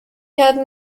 had